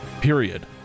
Period